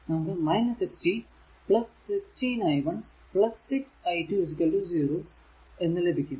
നമുക്ക് 60 16 i 1 6 i2 0 എന്ന് ലഭിക്കും